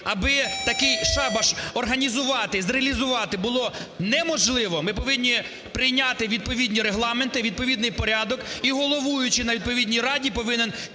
Аби такий шабаш організувати, зреалізувати було неможливо, ми повинні прийняти відповідні регламенти, відповідний порядок, і головуючий на відповідній раді повинен